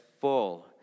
full